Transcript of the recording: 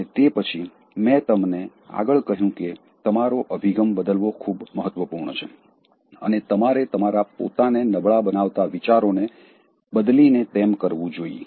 અને તે પછી મેં તમને આગળ કહ્યું કે તમારો અભિગમ બદલવો ખૂબ મહત્વપૂર્ણ છે અને તમારે તમારા પોતાને નબળાં બનાવતા વિચારોને બદલીને તેમ કરવું જોઈએ